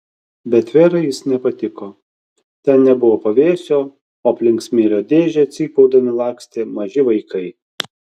bet verai jis nepatiko ten nebuvo pavėsio o aplink smėlio dėžę cypaudami lakstė maži vaikai